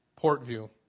Portview